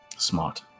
Smart